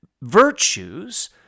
virtues